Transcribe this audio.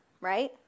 right